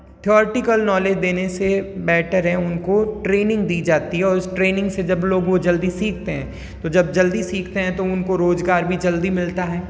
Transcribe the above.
theoretical knowledge देने से better है उनको ट्रेनिंग दी जाती है और उस ट्रेनिंग से जब लोग वो जल्दी सीखते हैं तो जब जल्दी सीखते हैं तो जब जल्दी सीखते हैं तो उनको रोज़गार भी जल्दी मिलता है